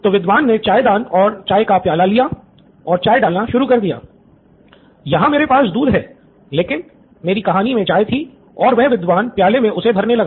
तो विद्वान ने चाय दान और चाय का प्याला लिया और चाय डालना शुरू कर दिया यहाँ मेरे पास दूध है लेकिन मेरी कहानी में चाय थी और वह विद्वान प्याले मे उसे भरने लगा